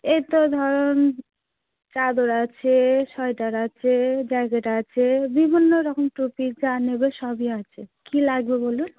এই তো ধরুন চাদর আছে সোয়েটার আছে জ্যাকেট আছে বিভিন্ন রকম টুপি যা নেবে সবই আছে কী লাগবে বলুন